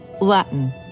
Latin